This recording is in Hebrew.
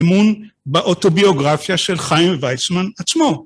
אמון באוטוביוגרפיה של חיים ויצמן עצמו.